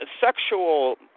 sexual